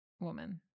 woman